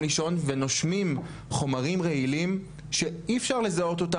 לישון ונושמים חומרים רעילים שאי אפשר לזהות אותם.